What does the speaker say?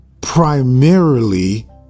primarily